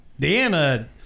Deanna